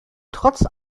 trotz